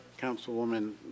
Councilwoman